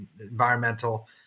environmental –